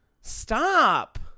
stop